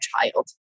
child